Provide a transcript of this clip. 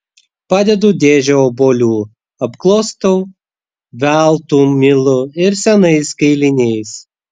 padedu dėžę obuolių apklostau veltu milu ir senais kailiniais